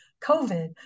COVID